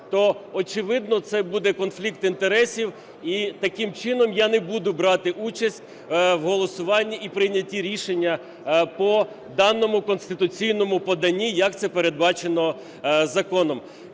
то очевидно, це буде конфлікт інтересів. І таким чином, я не буду брати участь у голосуванні і прийнятті рішення по даному конституційному поданню, як це передбачено законом.